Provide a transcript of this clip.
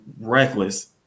reckless